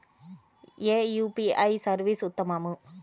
ఏ UPI service ఉత్తమము?